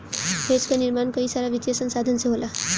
hedge कअ निर्माण कई सारा वित्तीय संसाधन से होला